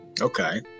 Okay